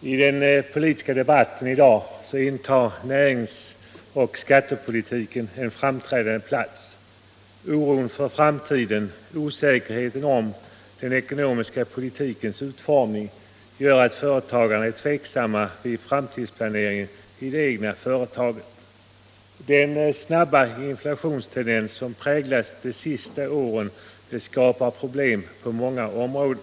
I den politiska debatten i dag intar närings och skattepolitiken en framträdande plats. Oron för framtiden och osäkerhten inför den ekonomiska politikens utformning gör att företagarna är tveksamma vid framtidsplaneringen i det egna företaget. Den snabba inflationstendens som präglat de senaste åren skapar problem på många områden.